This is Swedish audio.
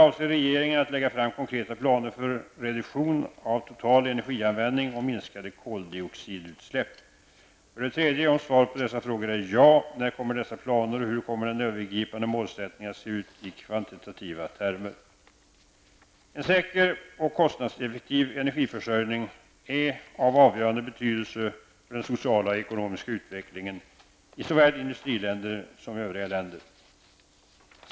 Avser regeringen att lägga fram konkreta planer för reduktion av total energianvändning och minskade koldioxidutsläpp? 3. Om svaret på dessa två frågor är ja: När kommer dessa planer och hur kommer den övergripande målsättningen att se ut i kvantitativa termer? En säker och kostnadseffektiv energiförsörjning är av avgörande betydelse för den sociala och ekonomiska utvecklngen i såväl industriländer som övriga länder.